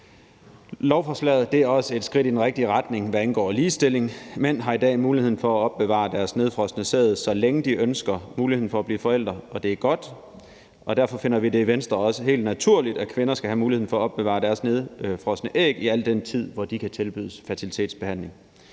Lovforslaget er også et skridt i den rigtige retning, hvad angår ligestilling. Mænd har i dag muligheden for at opbevare deres nedfrosne sæd, så længe de ønsker at have muligheden for at blive forældre, og det er godt. Og derfor finder vi det i Venstre også helt naturligt, at kvinder skal have muligheden for at opbevare deres nedfrosne æg i al den tid, hvor de kan tilbydes fertilitetsbehandling.